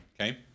Okay